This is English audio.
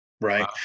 right